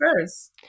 first